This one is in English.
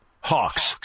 Hawks